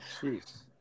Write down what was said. jeez